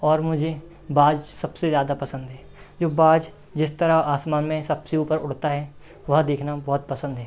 और मुझे बाज सबसे ज़्यादा पसंद हैं जब बाज जिस तरह आसमान में सबसे ऊपर उड़ता है वह देखना बहुत पसंद है